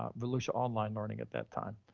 ah volusia online learning at that time.